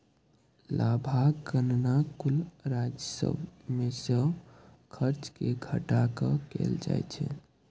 लाभक गणना कुल राजस्व मे सं खर्च कें घटा कें कैल जाइ छै